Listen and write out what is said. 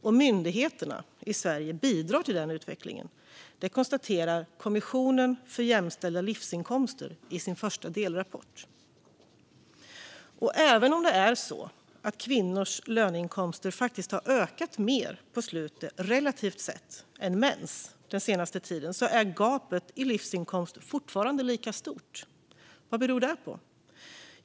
Och myndigheterna i Sverige bidrar till den utvecklingen, konstaterar Kommissionen för jämställda livsinkomster i sin första delrapport. Även om det är så att kvinnors löneinkomster relativt sett faktiskt har ökat mer än mäns den senaste tiden är gapet i livsinkomst fortfarande lika stort. Vad beror det på?